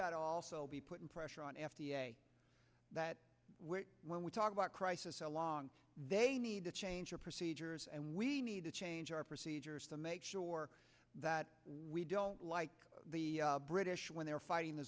got also be putting pressure on that where when we talk about crisis along they need to change your procedures and we need to change our procedures to make sure that we don't like the british when they're fighting